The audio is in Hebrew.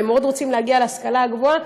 והם מאוד רוצים להגיע להשכלה גבוהה.